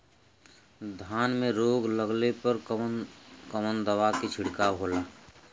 धान में रोग लगले पर कवन कवन दवा के छिड़काव होला?